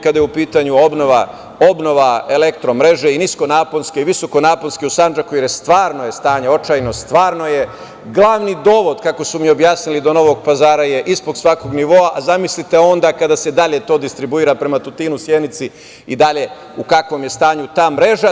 Kada je u pitanju obnova elektromreže i niskonaponske i visokonaponske u Sandžaku, stanje je stvarno očajno, stvarno je glavni dovod, kako su mi objasnili, do Novog Pazara ispod svakog nivoa, a zamislite onda kada se to dalje distribuira prema Tutinu, Sjenici i dalje u kakvom je stanju ta mreža.